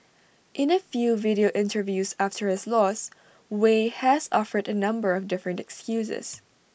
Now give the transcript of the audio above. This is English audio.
in A few video interviews after his loss Wei has offered A number of different excuses